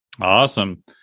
Awesome